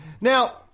Now